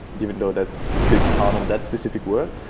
even though that's bit hard on that specific word,